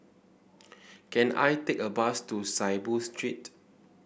can I take a bus to Saiboo Street